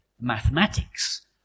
mathematics